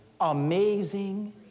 amazing